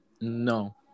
No